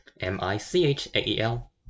M-I-C-H-A-E-L